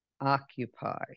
occupy